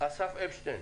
אסף אפשטיין.